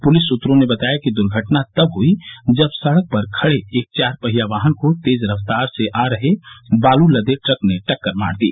police सुत्रों ने बताया कि द्र्घटना तब हयी जब सड़क पर खड़े एक चारपहिया वाहन को तेज रफ्तार से आ रहे बालू लदे ट्रक ने टक्कर मार दी